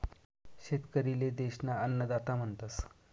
शेतकरी ले देश ना अन्नदाता म्हणतस